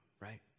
right